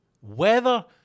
Weather